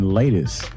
latest